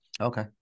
Okay